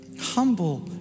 humble